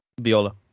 Viola